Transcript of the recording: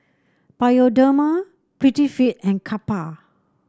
Bioderma Prettyfit and Kappa